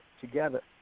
together